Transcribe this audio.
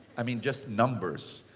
i mean just numbers,